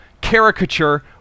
caricature